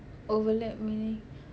overlap meaning